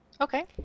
okay